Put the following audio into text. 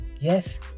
Yes